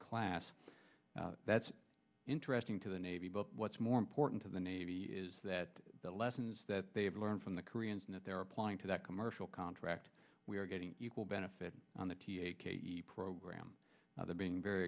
class that's interesting to the navy but what's more important to the navy is that the lessons that they have learned from the koreans and that they're applying to that commercial contract we are getting equal benefit on the program they're being very